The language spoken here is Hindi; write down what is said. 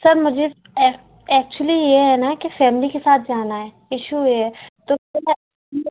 सर मुझे एक्चुअली यह है ना कि फ़ैमिली के साथ जाना है इशू यह है तो क्या है